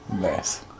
Yes